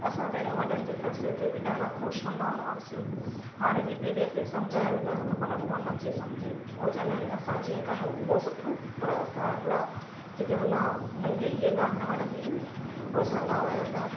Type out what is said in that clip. असां पंहिंजे वॾनि जे फैसिले ते बि ॾाढा ख़ुशि हूंदा हुआसीं हाणे जी पीढ़ीअ खे समुझायूं था त पर उहा नथी समुझे उहे चवंदा आहिनि असां जीअं कयूं उहो सुठो पर असां अॻिला जेके हूंदा हुआ उन्हनि खे ईहा ॻाल्हि न वणंदी हुई उहे चवंदा हुआ त